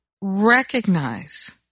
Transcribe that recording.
recognize